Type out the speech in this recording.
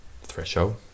threshold